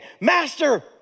Master